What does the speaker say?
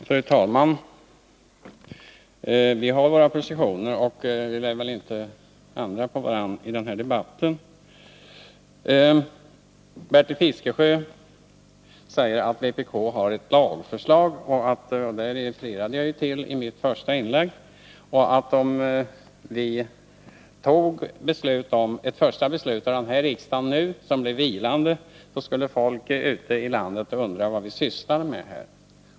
Fru talman! Vi har våra positioner, och vi lär väl inte ändra på varandra i den här debatten. Bertil Fiskesjö sade att vpk har ett lagförslag, och om riksdagen nu fattar ett första beslut, som blir vilande, skulle folk ute i landet undra vad vi sysslar med här.